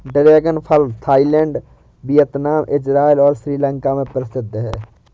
dragon फल Thailand, Vietnam, Israel और श्रीलंका में प्रसिद्ध है